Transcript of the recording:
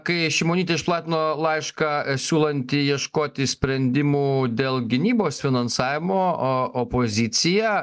kai šimonytė išplatino laišką siūlantį ieškoti sprendimų dėl gynybos finansavimo o opozicija